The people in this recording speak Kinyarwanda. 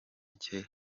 cye